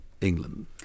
England